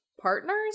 partners